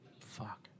fuck